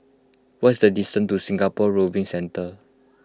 what is the distance to Singapore Rowing Centre